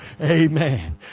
Amen